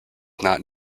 not